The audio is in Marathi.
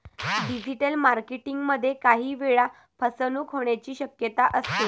डिजिटल मार्केटिंग मध्ये काही वेळा फसवणूक होण्याची शक्यता असते